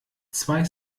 zwei